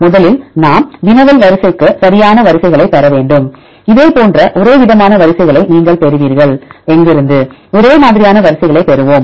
முதலில் நாம் வினவல் வரிசைக்கு சரியான வரிசைகளைப் பெற வேண்டும் இதேபோன்ற ஒரேவிதமான வரிசைகளை நீங்கள் பெறுவீர்கள் எங்கிருந்து ஒரே மாதிரியான வரிசைகளைப் பெறுவோம்